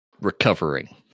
recovering